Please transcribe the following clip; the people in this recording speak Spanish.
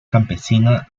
campesina